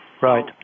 Right